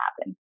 happen